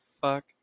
fuck